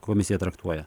komisija traktuoja